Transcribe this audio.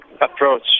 approach